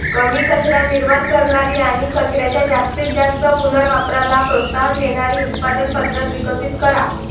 कमी कचरा निर्माण करणारी आणि कचऱ्याच्या जास्तीत जास्त पुनर्वापराला प्रोत्साहन देणारी उत्पादन पद्धत विकसित करा